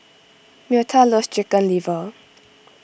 Myrta loves Chicken Liver